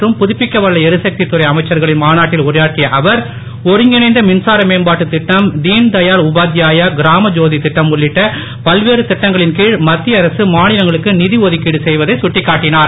மற்றும் புதுப்பிக்கவல்ல எரிசக்தி துறை அமைச்சர்களின் மாநாட்டில் உரையாற்றிய அவர் ஒருங்கிணைந்த மின்சார மேம்பாட்டுத் திட்டம் தின்தயாள் உபாத்யாயா கிராம தோதி இட்டம் உள்ளிட்ட பல்வேறு திட்டங்களின் கீழ் மத்திய அரசு மாநிலங்களுக்கு நிதி ஒதுக்கிடு செய்வதை சுட்டிக்காட்டினார்